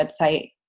website